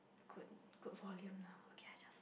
good good volume now okay adjust